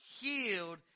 healed